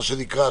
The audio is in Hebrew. מה שנקרא,